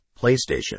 PlayStation